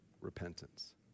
repentance